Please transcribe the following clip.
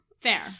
fair